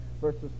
verses